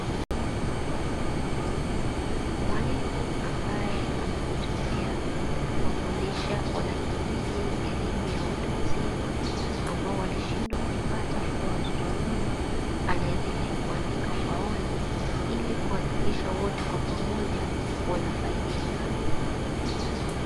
Mwalimu ambaye amejitolea kuwafundisha wanakijiji elimu ya watu wazima. Ambao walishindwa kuipata wakiwa watoto wadogo, anaendelea kuandika ubaoni. Illi kuhakikisha wote kwa pamoja wanafaidika.